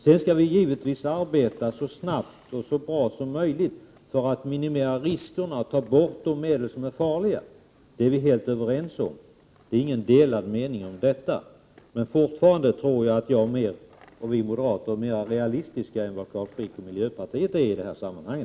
Vi skall givetvis arbeta så snabbt och så bra som möjligt för att minimera riskerna och ta bort de medel som är farliga, det är vi helt överens om. Det råder inga delade meningar om det. Vi moderater är nog mer realistiska än Carl Frick och miljöpartiet är i det sammanhanget.